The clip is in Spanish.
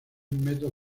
metros